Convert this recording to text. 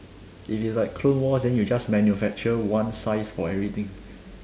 it is like clone war then you just manufacture one size for everything